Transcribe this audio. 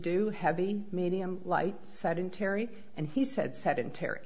do heavy medium light sedentary and he said sedentary